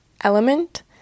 element